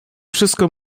wszystko